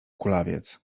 kulawiec